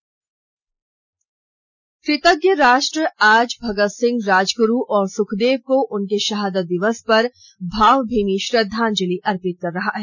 कृतज्ञ राष्ट्र आज भगत सिंह राजगुरू और सुखदेव को उनके शहादत दिवस पर भावभीनी श्रद्वांजलि अर्पित कर रहा है